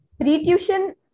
Pre-tuition